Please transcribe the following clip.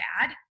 bad